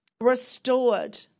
restored